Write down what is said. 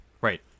Right